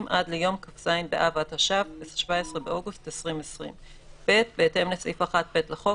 עד ליום כ״ז באב התש״ף (17 באוגוסט 2020). ב.בהתאם לסעיף 1(ב) לחוק,